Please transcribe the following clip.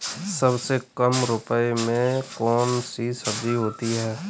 सबसे कम रुपये में कौन सी सब्जी होती है?